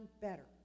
better